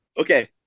Okay